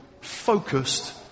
focused